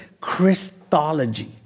Christology